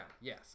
Yes